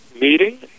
meeting